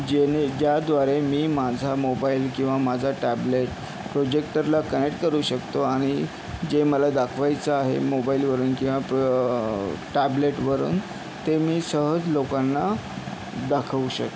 जेणे ज्याद्वारे मी माझा मोबाईल किंवा माझा टॅबलेट प्रोजेक्टरला कनेक्ट करू शकतो आणि जे मला दाखवायचं आहे मोबाईलवरून किंवा प्र टॅबलेटवरून ते मी सहज लोकांना दाखवू शकतो